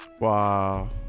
Wow